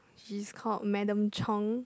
she's called madam Chong